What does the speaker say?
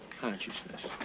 consciousness